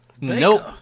Nope